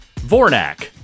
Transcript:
Vornak